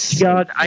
God